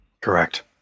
Correct